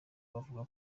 bavuga